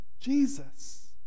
Jesus